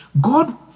God